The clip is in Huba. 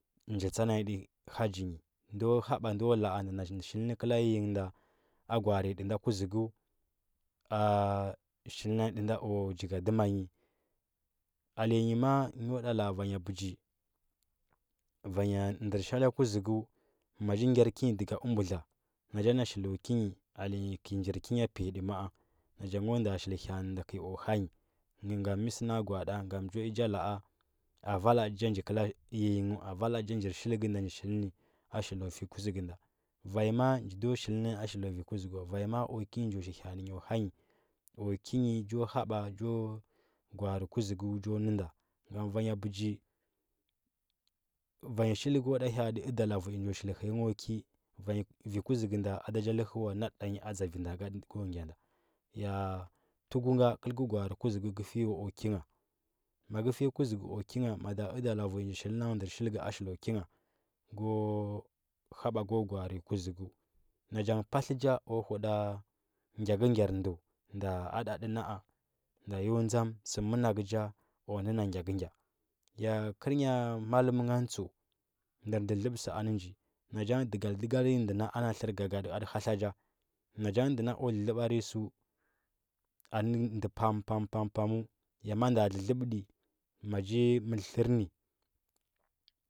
Nya tsunami ɗɚ haggi nyi ndo haɓa ndo gwa-arɚ u nyi ɗɚ nda kuzugu a shil na nyi ndu nda o jiyadima nyi ale nyi ma’a nghɚ nda la. a vanya bɚji vanya ndɚr shalɚ kuzugu ma gi gɚr ki nyi ɗaga ɚ mbwadla na nja na shili ki nyi alɚnyi kɚi njir kinyi piyaɗa ma, a ngam mɚ sɚna gwaɗa njo nja la. a a vala ndɚ nja nji kɚla yiyingɚ a vala ɗɚ nja njir shitga, nda nji shilnɚ shili vi kuȝugu nda vanyi ma a nji ndo shil u shilɚ u kuȝugu wa vanyi ma. a o ki nyi njo shi ha anɚ nyi o hanyi o kinyi njo haba gwalare kuȝu gu njo nɚ nda ngam va nya ɓɚji vanyi shilgu ɗa hyaɗ ɚ dala vui njo shili hɚya ngha ki vanyi vi kuȝugu nda ada lahɚ wa nadɚ ɗa nyi aja vi nda go gya ɗa ya higu ga kɚr ghɚ gwa’are kuȝugu ngɚ fiyo o ki ngha ma nge fiya kuȝugu. Kingha mada i dala vui ndɚ shilil ki nghe go haɓa go gwaarɚ kuȝugu na ngan ngɚ patlɚ nja o huɗa gyakɚgyar ndɚ ya a ɗa ɗi na, a nda yo sɚ managɚ ja o nɚ na gya kɚgya kɚrɚ nghɚ mallɚm ngan tsɚu ndɚr lɚlɚbsɚ anɚ nji na njan ngɚ digal digal nya nɗɚ na ana tlɚr gagaɗa ndu latlaja na jan nge ndɚ pam pam pamu ya ma nɗɚa lɚlɚb ɗi ma ji mɚr tlɚrnɚ